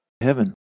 heaven